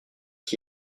qui